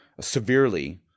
severely